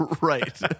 Right